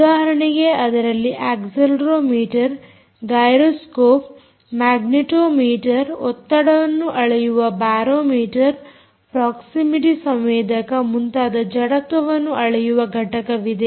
ಉದಾಹರಣೆಗೆ ಅದರಲ್ಲಿ accelerometer gyroscope magnetometer ಒತ್ತಡವನ್ನು ಅಳೆಯುವ ಬಾರೋಮೀಟರ್ ಪ್ರೋಕ್ಸಿಮಿಟಿ ಸಂವೇದಕ ಮುಂತಾದ ಜಡತ್ವವನ್ನು ಅಳೆಯುವ ಘಟಕವಿದೆ